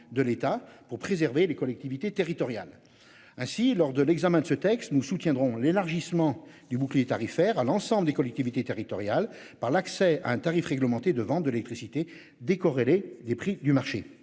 de l'État pour préserver les collectivités territoriales. Ainsi, lors de l'examen de ce texte nous soutiendrons l'élargissement du bouclier tarifaire à l'ensemble des collectivités territoriales par l'accès à un tarif réglementé de vente de l'électricité décorrélées des prix du marché.